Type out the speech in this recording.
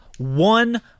One